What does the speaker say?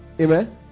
Amen